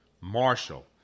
Marshall